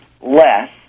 less